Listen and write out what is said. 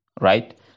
Right